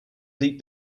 deep